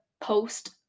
post